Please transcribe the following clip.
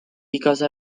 because